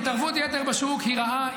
התערבות יתר בשוק היא רעה,